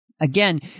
again